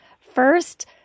first